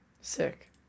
Sick